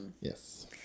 Yes